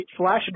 flashback